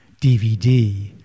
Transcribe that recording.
dvd